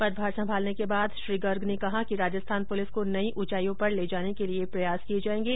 पदभार संभालने के बाद श्री गर्ग ने कहा कि राजस्थान पुलिस को नई उचाईयों पर ले जाने के लिये प्रयास किये जायेंगे